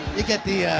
you get the